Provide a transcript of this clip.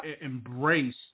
embrace